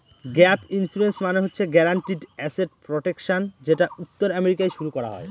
gap insurance মানে হচ্ছে guaranteed asset protection যেটা উত্তর আমেরিকায় শুরু করা হয়